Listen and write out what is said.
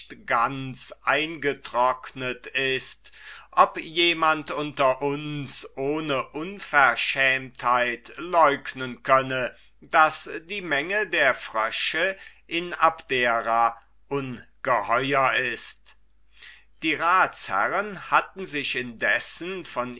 ganz eingetrocknet ist ob jemand unter uns ohne unverschämtheit leugnen könne daß die menge der frösche in abdera ungeheuer ist die ratsherren hatten sich indessen von